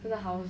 这个 house